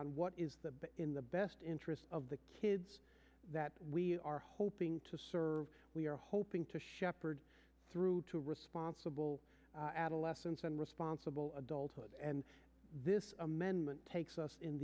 on what is the in the best interest of the kids that we are hoping to serve we are hoping to shepherd through to a responsible adolescence and responsible adulthood and this amendment takes us in